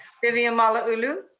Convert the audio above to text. vivian malauulu.